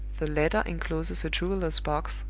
the letter incloses a jeweler's box,